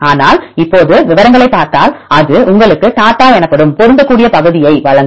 ஆனால் இப்போது விவரங்களைப் பார்த்தால் அது உங்களுக்கு TAT A எனப்படும் பொருந்தக்கூடிய பகுதியை வழங்கும்